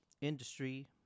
industry